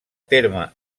terme